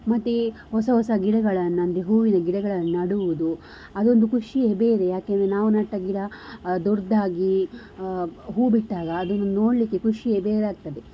ಮತ್ತೆ ಹೊಸ ಹೊಸ ಗಿಡಗಳನ್ನು ಅಂದರೆ ಹೂವಿನ ಗಿಡಗಳನ್ನು ನೆಡುವುದು ಅದೇ ಒಂದು ಖುಷಿಯೇ ಬೇರೆ ಯಾಕೆಂದರೆ ನಾವು ನೆಟ್ಟ ಗಿಡ ದೊಡ್ಡದಾಗಿ ಹೂ ಬಿಟ್ಟಾಗ ಅದನ್ನು ನೋಡಲಿಕ್ಕೆ ಖುಷಿಯೇ ಬೇರೆ ಆಗ್ತದೆ